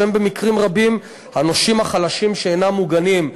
שהם במקרים רבים הנושים החלשים שאינם מוגנים,